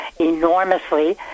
enormously